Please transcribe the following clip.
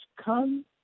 come